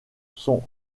sont